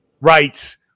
Right